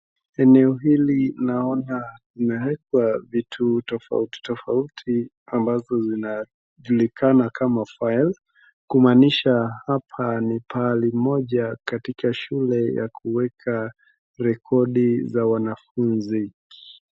Eneo hili naona inawekwa vitu tofauti tofauti ambazo zinajulikana kama files kumanisha hapa ni pahali moja katika shule ya kuweka rekodi za wanafunzi.